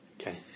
okay